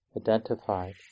identified